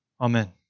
Amen